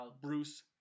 Bruce